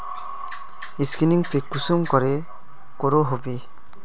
Scanning पे कुंसम करे करो होबे?